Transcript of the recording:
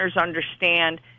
understand